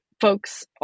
folks